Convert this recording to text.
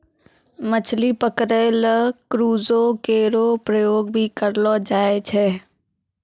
मछली पकरै ल क्रूजो केरो प्रयोग भी करलो जाय छै